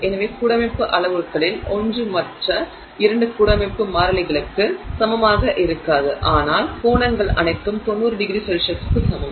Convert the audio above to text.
எனவே கூடமைப்பு அளவுருக்களில் ஒன்று மற்ற 2 கூடமைப்பு மாறிலிகளுக்கு சமமாக இருக்காது ஆனால் கோணங்கள் அனைத்தும் 90º களுக்கு சமம்